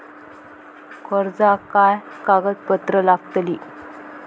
कर्जाक काय कागदपत्र लागतली?